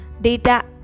data